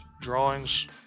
drawings